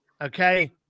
okay